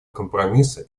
компромисса